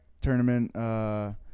tournament